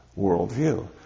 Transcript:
worldview